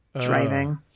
Driving